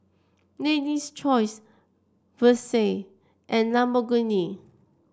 Lady's Choice Versace and Lamborghini